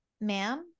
ma'am